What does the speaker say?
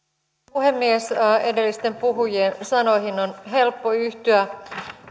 puhemies edellisten puhujien sanoihin on helppo yhtyä